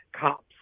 cops